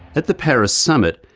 at the paris summit,